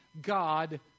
God